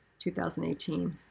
2018